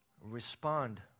respond